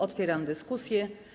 Otwieram dyskusję.